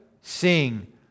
sing